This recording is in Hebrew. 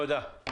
תודה.